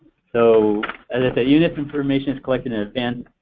so and if you know if information is collected in advance,